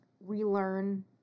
relearn